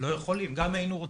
גם אם היינו רוצים.